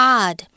God